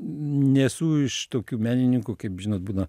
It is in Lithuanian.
nesu iš tokių menininkų kaip žinot būna